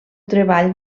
treball